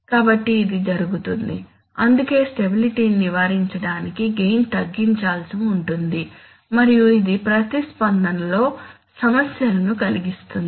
కాబట్టి ఇది జరుగుతుంది అందుకే స్టెబిలిటీ నివారించడానికి గెయిన్ తగ్గించాల్సి ఉంటుంది మరియు ఇది ప్రతిస్పందనలో సమస్యలను కలిగిస్తుంది